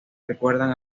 recuerdan